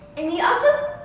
and we also,